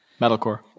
Metalcore